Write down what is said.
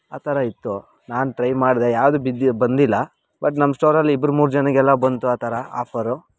ಆ ಥರ ಇತ್ತು ನಾನು ಟ್ರೈ ಮಾಡಿದೆ ಯಾವುದು ಬಿದ್ದು ಬಂದಿಲ್ಲ ಬಟ್ ನಮ್ಮ ಸ್ಟೋರಲ್ಲಿ ಇಬ್ಬರು ಮೂರು ಜನಕ್ಕೆಲ್ಲ ಬಂತು ಆ ಥರ ಆಫರು